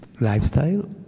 lifestyle